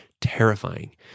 terrifying